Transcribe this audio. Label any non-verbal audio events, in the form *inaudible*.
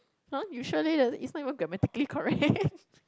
!huh! you sure there a it's not even grammatically correct *laughs*